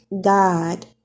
God